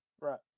Right